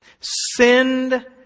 Send